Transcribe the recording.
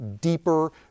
deeper